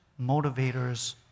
motivators